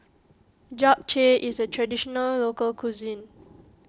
Japchae is a Traditional Local Cuisine